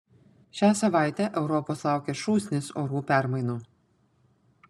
šią savaitę europos laukia šūsnis orų permainų